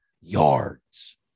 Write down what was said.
yards